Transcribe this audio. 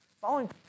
Following